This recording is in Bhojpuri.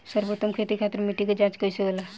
सर्वोत्तम खेती खातिर मिट्टी के जाँच कइसे होला?